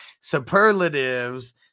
Superlatives